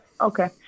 Okay